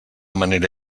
manera